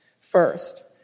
First